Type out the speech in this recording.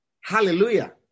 Hallelujah